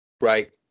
Right